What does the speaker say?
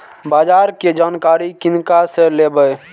बाजार कै जानकारी किनका से लेवे?